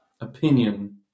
opinion